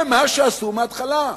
זה מה שעשו מהתחלה.